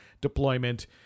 deployment